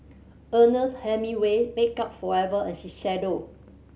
Ernest Hemingway Makeup Forever and Shiseido